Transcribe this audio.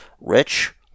Rich